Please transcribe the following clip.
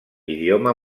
idioma